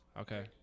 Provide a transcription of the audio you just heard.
Okay